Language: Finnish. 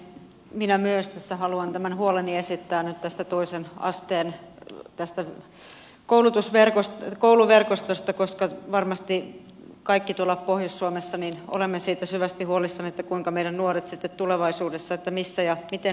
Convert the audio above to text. minä myös tässä haluan tämän huoleni esittää nyt tästä toisen asteen kouluverkostosta koska varmasti kaikki tuolla pohjois suomessa olemme siitä syvästi huolissamme siitä missä ja miten meidän nuoret sitten tulevaisuudessa opiskelevat